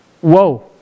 Whoa